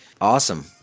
Awesome